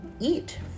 eat